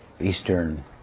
Eastern